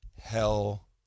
hell